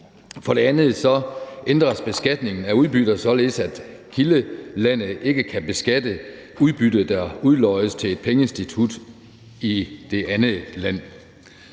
For det andet ændres beskatningen af udbytter, således at kildelandet ikke kan beskatte udbytte, der udloddes til et pengeinstitut i det andet land.